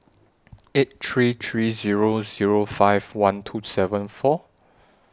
eight three three Zero Zero five one two seven four